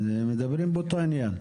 אנחנו מדברים באותו עניין.